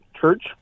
church